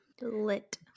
Lit